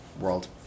world